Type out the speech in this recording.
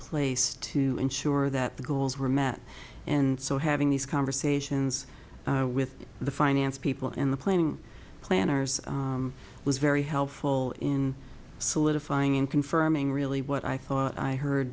place to ensure that the goals were met and so having these conversations with the finance people in the planning planners was very helpful in solidifying in confirming really what i thought i heard